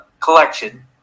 collection